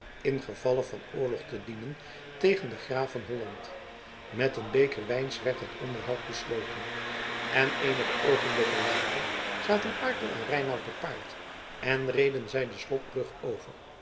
gevalle van oorlog te dienen tegen den graaf van holland met een beker wijns werd het onderhoud besloten en eenige oogenblikken later zaten arkel en reinout te paard en reden zij de slotbrug over